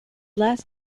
last